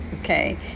okay